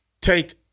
take